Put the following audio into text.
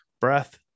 Breath